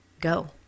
go